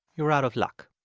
you're out of luck.